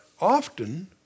often